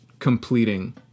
completing